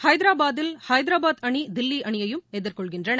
ஹைதராபாதில்ஹைதராபாத் அணிதில்லிஅணியையும்எதிர்கொள்கின்றன